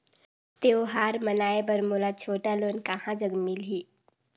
त्योहार मनाए बर मोला छोटा लोन कहां जग मिलही?